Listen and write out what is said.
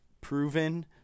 proven